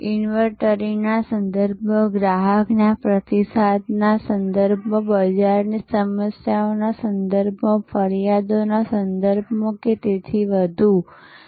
ઇન્વેન્ટરીના સંદર્ભમાં ગ્રાહકના પ્રતિસાદના સંદર્ભમાં બજારની સમસ્યાઓના સંદર્ભમાં ફરિયાદોના સંદર્ભમાં અને તેથી વધુ છે